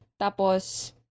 tapos